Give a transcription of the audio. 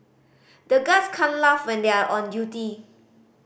the guards can't laugh when they are on duty